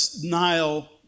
Nile